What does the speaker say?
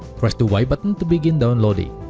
press the y button to begin downloading